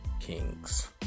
Kings